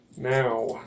now